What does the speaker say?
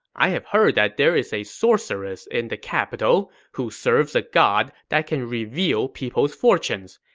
i have heard that there is a sorceress in the capital who serves a god that can reveal people's fortunes.